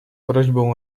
prośbą